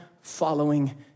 following